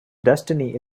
destiny